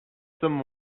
some